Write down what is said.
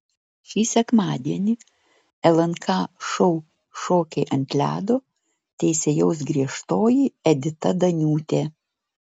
šį sekmadienį lnk šou šokiai ant ledo teisėjaus griežtoji edita daniūtė